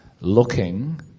Looking